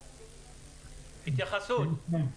התייחסות, בבקשה.